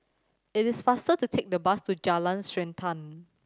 it is faster to take the bus to Jalan Srantan